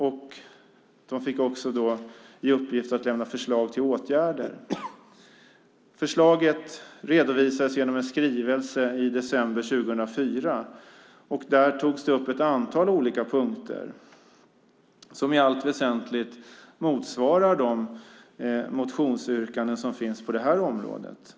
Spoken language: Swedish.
Man fick också i uppgift att lämna förslag till åtgärder. Förslaget redovisades genom en skrivelse i december 2004. Där togs ett antal olika punkter upp som i allt väsentligt motsvarar de motionsyrkanden som finns på detta område.